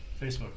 Facebook